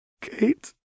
Kate